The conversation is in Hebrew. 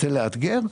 רוצה לאתגר.